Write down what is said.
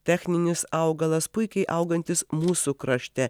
techninis augalas puikiai augantis mūsų krašte